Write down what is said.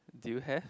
do you have